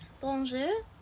bonjour